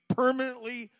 permanently